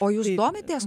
o jūs domitės